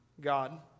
God